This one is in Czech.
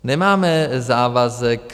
Nemáme závazek.